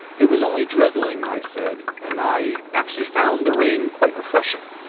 it was only drizzling, i said, and i actually found the rain quite refreshing.